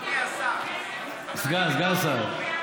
אדוני השר, סגן השר.